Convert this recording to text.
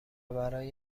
برای